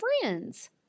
friends